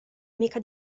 amica